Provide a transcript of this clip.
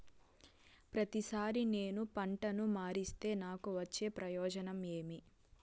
ప్రతిసారి నేను పంటను మారిస్తే నాకు వచ్చే ప్రయోజనం ఏమి?